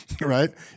right